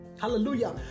Hallelujah